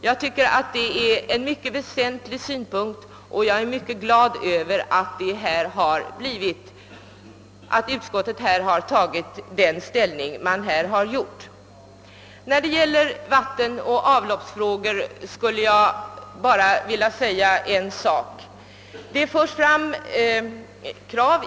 Jag finner detta vara mycket väsentligt, och jag är glad över att utskottet intagit denna hållning. När det gäller vattenoch avloppsfrågorna vill jag bara framhålla en synpunkt.